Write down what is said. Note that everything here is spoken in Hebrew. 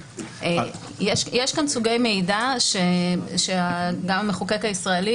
יש כאן סוגי מידע שגם המחוקק הישראלי